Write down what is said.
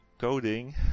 coding